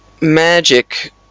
magic